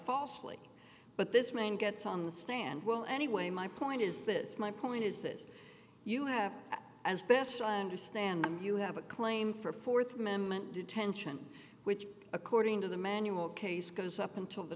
falsely but this man gets on the stand well anyway my point is this my point is this you have as best i understand you have a claim for fourth amendment detention which according to the manual case goes up until the